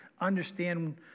understand